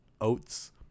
oats